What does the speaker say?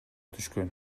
түшкөн